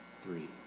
Three